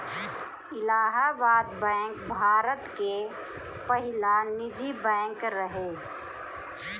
Allahabad bank Bharat के पहिला निजी बैंक रहे